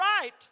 right